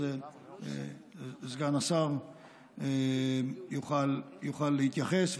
אז סגן השר יוכל להתייחס,